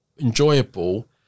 enjoyable